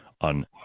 on